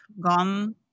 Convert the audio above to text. gone